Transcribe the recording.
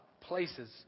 places